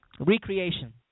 recreation